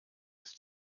ist